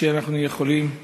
שאנחנו יכולים.